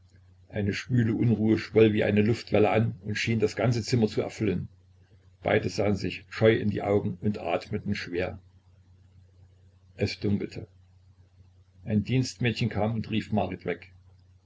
eine schwüle unruhe schwoll wie eine luftwelle an und schien das ganze zimmer zu erfüllen beide sahen sich scheu in die augen und atmeten schwer es dunkelte ein dienstmädchen kam und rief marit weg